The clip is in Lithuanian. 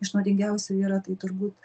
iš nuodingiausių yra tai turbūt